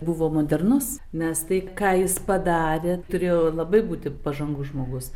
buvo modernus nes tai ką jis padarė turėjo labai būti pažangus žmogus